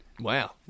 Wow